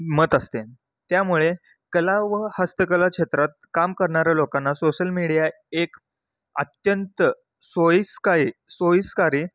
मत असते त्यामुळे कला व हस्तकला क्षेत्रात काम करणाऱ्या लोकांना सोशल मीडिया एक अत्यंत सोयीस्कायी सोयीस्कर